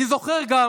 אני זוכר גם